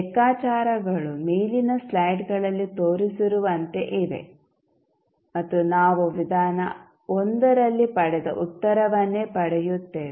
ಲೆಕ್ಕಾಚಾರಗಳು ಮೇಲಿನ ಸ್ಲೈಡ್ಗಳಲ್ಲಿ ತೋರಿಸಿರುವಂತೆ ಇವೆ ಮತ್ತು ನಾವು ವಿಧಾನ 1 ರಲ್ಲಿ ಪಡೆದ ಉತ್ತರವನ್ನೇ ಪಡೆಯುತ್ತೇವೆ